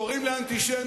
קוראים לה אנטישמיות,